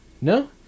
No